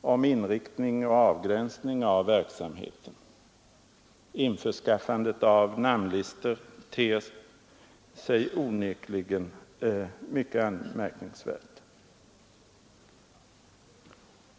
om inriktning och avgränsning av verksamheten. Hans införskaffande av namnlistor från olika organisationer ter sig onekligen mycket anmärkningsvärt.